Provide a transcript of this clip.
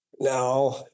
Now